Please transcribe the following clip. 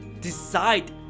decide